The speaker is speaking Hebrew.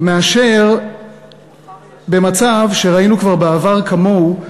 מאשר במצב שראינו כבר בעבר כמוהו,